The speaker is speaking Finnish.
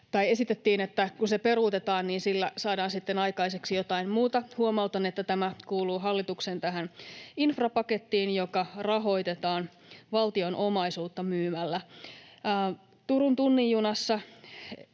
suunnalta, että kun se peruutetaan, niin sillä saadaan sitten aikaiseksi jotain muuta. Huomautan, että tämä kuuluu tähän hallituksen infrapakettiin, joka rahoitetaan valtion omaisuutta myymällä. Turun tunnin junassa